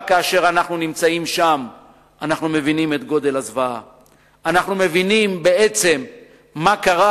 רק כאשר אנחנו נמצאים שם אנחנו מבינים את גודל הזוועה,